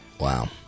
Wow